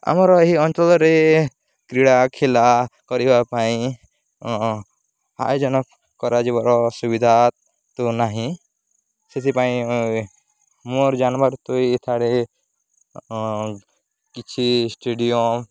ଆମର ଏହି ଅଞ୍ଚଳରେ କ୍ରୀଡ଼ା ଖେଲା କରିବା ପାଇଁ ଆୟୋଜନ କରାଯିବାର ଅସୁୁବିଧା ତ ନାହିଁ ସେଥିପାଇଁ ମୋର ଜନ୍ମର ତ ଏଠାରେ କିଛି ଷ୍ଟଡ଼ିୟମ୍